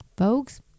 Folks